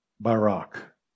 Barak